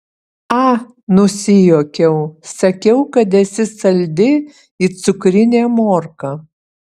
a nusijuokiau sakiau kad esi saldi it cukrinė morka